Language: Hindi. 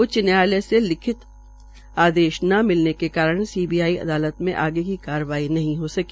उच्च न्यायालय से लिखित आदेश न मिलने के कारण सीबीआई अदालत में आगे की कार्रवाई नहीं हो सकी